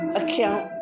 account